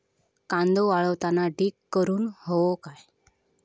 कांदो वाळवताना ढीग करून हवो काय?